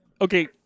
Okay